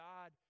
God